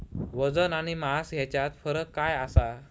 वजन आणि मास हेच्यात फरक काय आसा?